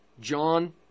John